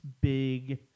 big